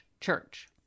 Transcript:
church